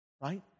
Right